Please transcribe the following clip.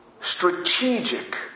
strategic